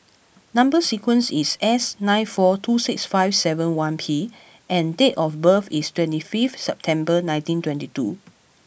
number sequence is S nine four two six five seven one P and date of birth is twenty fifth September nineteen twenty two